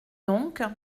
donc